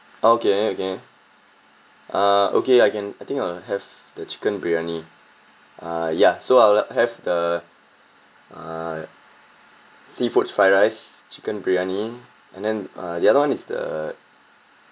okay okay uh okay I can I think I'll have the chicken biryani uh ya so I'll have the uh seafood fried rice chicken biryani and then uh the other one is the